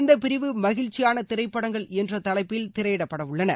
இந்த பிரிவு மகிழ்ச்சியான திரைப்படங்கள் என்ற தலைப்பில் திரையிடப்படவுள்ளன